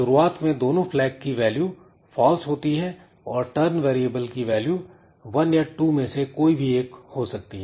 शुरुआत में दोनों फ्लैग की वैल्यू फॉल्स होती है और turn वेरिएबल की वैल्यू 1 या 2 मे से कोई भी एक हो सकती है